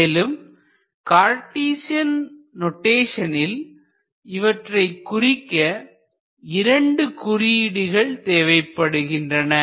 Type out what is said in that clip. மேலும் கார்டீசன் நோட்டேசனில் இவற்றை குறிக்க இரண்டு குறியீடுகள் தேவைப்படுகின்றன